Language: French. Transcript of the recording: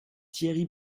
thierry